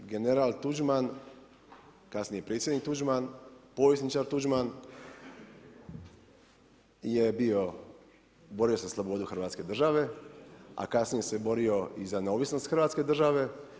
General Tuđman kasnije predsjednik Tuđman, povjesničar Tuđman borio se za slobodu hrvatske države a kasnije se borio i za neovisnost hrvatske države.